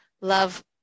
love